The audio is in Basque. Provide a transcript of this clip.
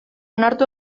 onartu